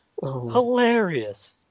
hilarious